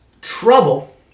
Trouble